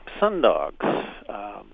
sundogs